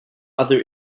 other